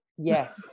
Yes